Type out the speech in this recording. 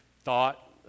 thought